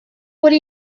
would